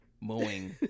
mowing